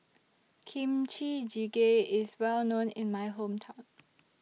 Kimchi Jjigae IS Well known in My Hometown